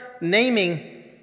naming